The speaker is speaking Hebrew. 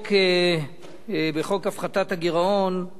בחוק הפחתת הגירעון,